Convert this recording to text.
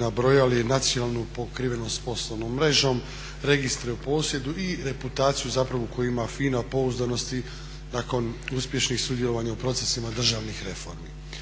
nabrojali nacionalnu pokrivenost poslovnom mrežom, registre u posjedu i reputaciju zapravo koju ima FINA, pouzdanosti nakon uspješnih sudjelovanja u procesima državnih reformi.